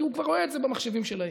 כי הוא כבר רואה את זה במחשבים שלהם.